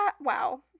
wow